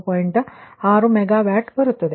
6 megawatt ಬರುತ್ತಿದೆ